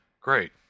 Great